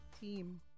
Team